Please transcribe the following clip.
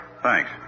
Thanks